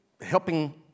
helping